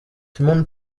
shimon